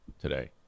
today